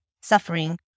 suffering